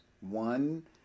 One